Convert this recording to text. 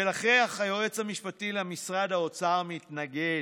ולכך היועץ המשפטי למשרד האוצר מתנגד,